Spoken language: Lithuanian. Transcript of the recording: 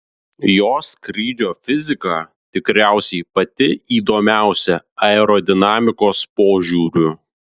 jo skrydžio fizika tikriausiai pati įdomiausia aerodinamikos požiūriu